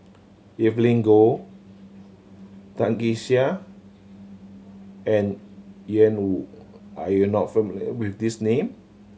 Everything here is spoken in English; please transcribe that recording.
Evelyn Goh Tan Kee Sek and Ian Woo are you not familiar with these name